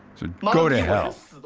go to hell!